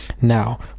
now